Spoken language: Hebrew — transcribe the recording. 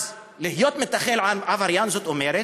אז להיות מתנחל עבריין, זאת אומרת,